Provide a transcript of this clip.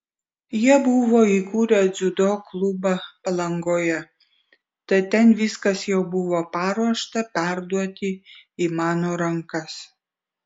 jie buvo įkūrę dziudo klubą palangoje tad ten viskas jau buvo paruošta perduoti į mano rankas